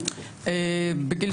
רבע מגרש,